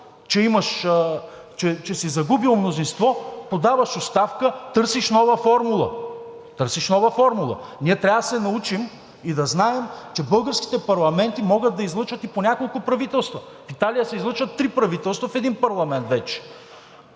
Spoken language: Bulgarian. че си загубил мнозинство – подаваш оставка, търсиш нова формула. Търсиш нова формула. Ние трябва да се научим и да знаем, че българските парламенти могат да излъчат и по няколко правителства. В Италия се излъчват три правителства в един парламент вече.